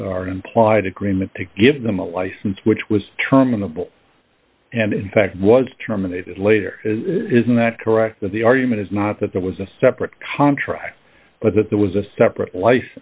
or implied agreement to give them a license which was terminable and in fact was terminated later isn't that correct that the argument is not that there was a separate contract but that there was a separate li